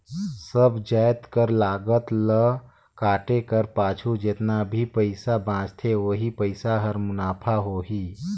सब जाएत कर लागत ल काटे कर पाछू जेतना भी पइसा बांचथे ओही पइसा हर मुनाफा होही